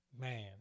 man